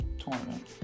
tournament